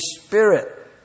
Spirit